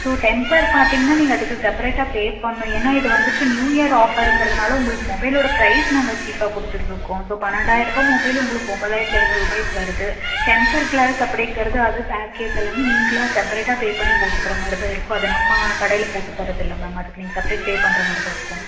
so temper பார்த்தீங்னா நீங்கள் அதுக்கு செப்பரேட்டாக பே பண்ணணும் ஏனால் இது வந்துட்டு நியூ இயர் ஆஃபருங்கிறதுனால உங்களுக்கு மொபைலோடய ப்ரைஸ் நாங்கள் சீப்பா கொடுத்துட்ருக்கோம் ஸோ பன்னெண்டாயிரூபா மொபைலு உங்களுக்கு ஒன்போதாயிரத்தி ஐநூறு ருபாயிக்கு வருது டெம்பர் கிளாஸ் அப்படிங்கறது அது பேக் கேஸ் எல்லாமே நீங்களாக செப்பரேட்டாக பே பண்ணி போட்டுக்கிற மாதிரி தான் இருக்கும் அது நம்ம கடையில் போட்டு தரதில்லை மேம் அதுக்கு நீங்க செப்பரேட் பே பண்ணுற மாதிரி தான் இருக்கும்